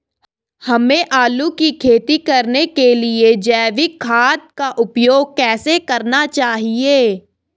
हमें आलू की खेती करने के लिए जैविक खाद का उपयोग कैसे करना चाहिए?